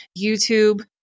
YouTube